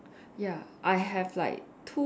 ya I have like two